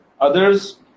Others